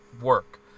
work